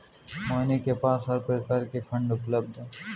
मोहिनी के पास हर प्रकार की फ़ंड उपलब्ध है